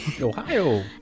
Ohio